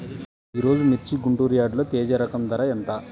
ఈరోజు మిర్చి గుంటూరు యార్డులో తేజ రకం ధర ఎంత?